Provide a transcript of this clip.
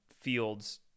fields